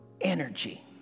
energy